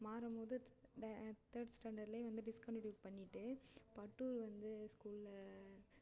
மாறும்போது தேர்ட் ஸ்டாண்டர்டிலையே வந்து டிஸ்கண்டினியூ பண்ணிவிட்டு பட்டூர் வந்து ஸ்கூலில்